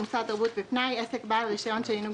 "מוסד תרבות ופנאי" עסק בעל רישיון של עינוג